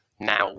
now